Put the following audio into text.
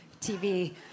TV